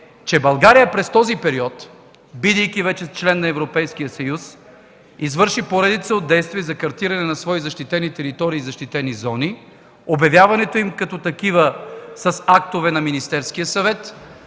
че България през този период, бидейки вече член на Европейския съюз, извърши поредица от действия за картиране на свои защитени територии, защитени зони; обявяването им като такива с актове на Министерския съвет;